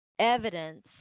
evidence